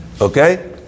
Okay